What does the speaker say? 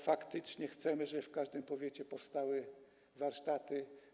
Faktycznie chcemy, żeby w każdym powiecie powstały warsztaty.